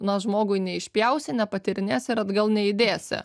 na žmogui neišpjausi nepatyrinėsi ir atgal neįdėsi